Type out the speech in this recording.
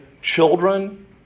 children